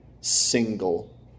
single